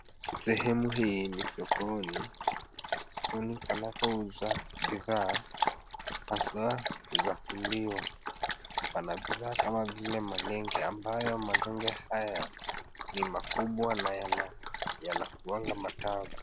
Sehemu hii ni sokoni. Sokoni panapouza bidhaa, hasa za kuliwa. Pana bidhaa kama vile malenge, ambayo malenge haya ni makubwa na yanakuanga matamu.